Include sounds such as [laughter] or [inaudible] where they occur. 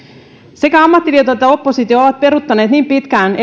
sekä ammattiliitot että oppositio ovat peruuttaneet niin pitkään [unintelligible]